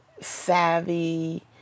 savvy